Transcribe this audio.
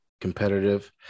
competitive